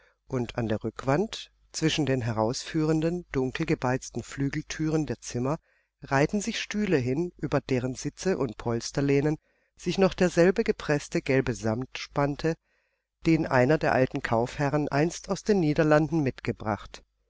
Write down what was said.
und an der rückwand zwischen den herausführenden dunkelgebeizten flügelthüren der zimmer reihten sich stühle hin über deren sitze und polsterlehnen sich noch derselbe gepreßte gelbe samt spannte den einer der alten kaufherren einst aus den niederlanden mitgebracht